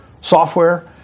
software